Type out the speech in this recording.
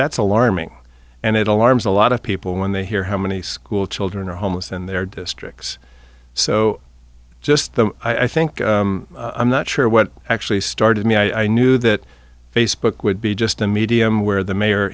that's alarming and it alarms a lot of people when they hear how many school children are homeless in their districts so just the i think i'm not sure what actually started me i knew that facebook would be just a medium where the